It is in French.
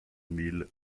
mille